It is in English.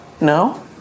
no